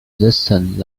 distance